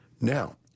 Now